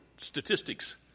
statistics